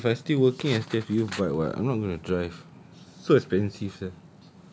iya lah then if I still working I still have bike [what] I'm not going to drive so expensive sia